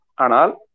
Anal